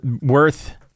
worth